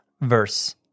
verse